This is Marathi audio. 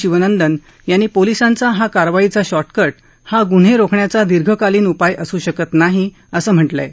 शिवनंदन यांनी पोलिसांचा हा कारवाईचा शॉॉकि हा गुन्हे रोखण्याचा दीर्घकालीन उपाय असू शकत नाही असं म्हाक्रिय